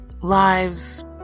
Lives